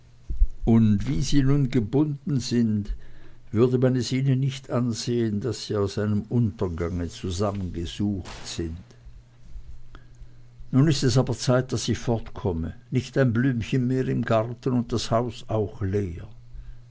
und wie sie nun gebunden sind würde man es ihnen nicht ansehen daß sie aus einem untergange zusammengesucht sind nun ist es aber zeit daß ich fortkomme nicht ein blümchen mehr im garten und das haus auch leer